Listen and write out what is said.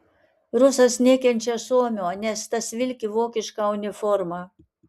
rusas nekenčia suomio nes tas vilki vokišką uniformą